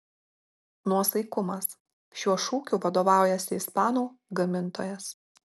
nuosaikumas šiuo šūkiu vadovaujasi ispanų gamintojas